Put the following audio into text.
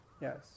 Yes